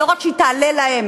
לא רק שהיא תעלה להם